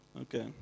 Okay